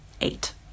Eight